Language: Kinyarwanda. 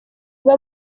iba